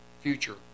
future